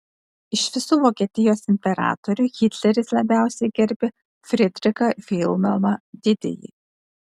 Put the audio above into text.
iš visų vokietijos imperatorių hitleris labiausiai gerbė fridrichą vilhelmą didįjį